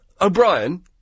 O'Brien